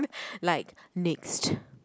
like next